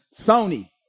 Sony